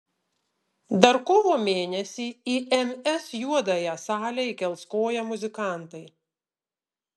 dar kovo mėnesį į ms juodąją salę įkels koją muzikantai